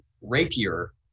rapier